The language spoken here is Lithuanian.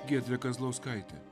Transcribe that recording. giedrė kazlauskaitė